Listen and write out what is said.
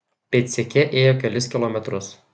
pėdsekė ėjo kelis kilometrus